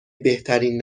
بهترین